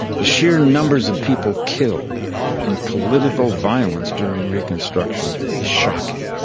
the sheer numbers of people killed in political violence during reconstruction is shocking.